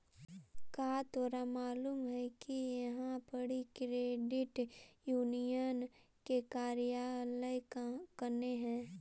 का तोरा मालूम है कि इहाँ पड़ी क्रेडिट यूनियन के कार्यालय कने हई?